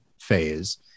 phase